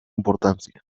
importancia